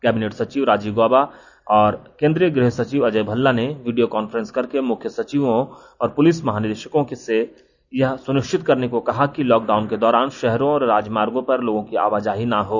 cabinet सचिव राजीव गोबा और केंद्रीय गृह सचिव अजय भल्ला ने वीडियो कॉन्फ्रेंस करके मुख्य सचिवों और पुलिस महानिदेशकों से यह सुनिश्चित करने को कहा कि लॉकडाउन के दौरान शहरों और राजमार्गो पर लोगों की आवाजाही न हों